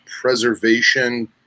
preservation